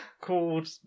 called